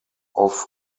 off